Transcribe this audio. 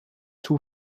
too